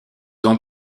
ont